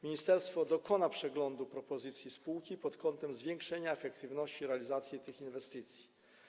Ministerstwo dokona przeglądu propozycji spółki pod kątem zwiększenia efektywności realizacji tych inwestycji.